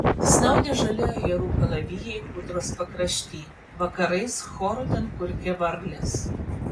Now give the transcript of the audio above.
snaudė žali ajerų kalavijai kūdros pakrašty vakarais choru ten kurkė varlės